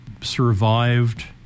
survived